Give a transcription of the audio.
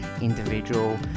individual